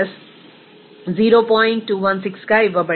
216గా ఇవ్వబడింది